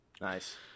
Nice